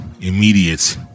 immediate